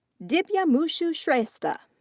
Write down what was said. dibyamshu shrestha.